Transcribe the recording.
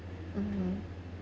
mmhmm